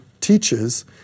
teaches